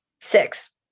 Six